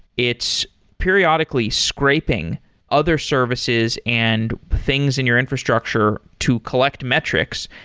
it's periodically scraping other services and things in your infrastructure to collect metrics.